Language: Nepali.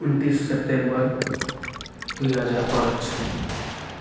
उनन्तिस सेप्टेम्बर दुई हजार पाँच